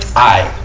i